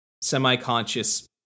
semi-conscious